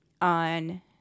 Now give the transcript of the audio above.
on